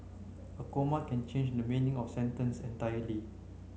a comma can change the meaning of a sentence entirely